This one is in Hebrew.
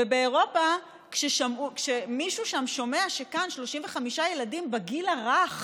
ובאירופה, כשמישהו שם שומע שכאן 35 ילדים בגיל הרך